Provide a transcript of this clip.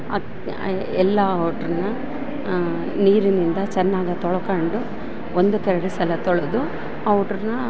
ಅತ್ ಎಲ್ಲ ವಾಟ್ರುನ ನೀರಿನಿಂದ ಚೆನ್ನಾಗಿ ತೊಳ್ಕಂಡು ಒಂದಕ್ಕೆ ಎರಡು ಸಲ ತೊಳೆದು ಪೌಡ್ರುನ